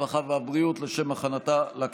הרווחה והבריאות נתקבלה.